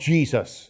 Jesus